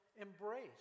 embrace